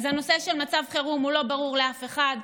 הנושא של מצב חירום לא ברור לאף אחד,